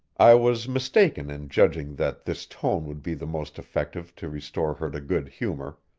i was mistaken in judging that this tone would be the most effective to restore her to good humor.